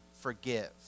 forgive